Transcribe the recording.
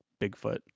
Bigfoot